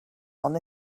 one